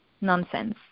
nonsense